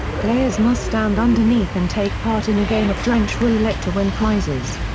players must stand underneath and take part in a game of drench roulette to win prizes.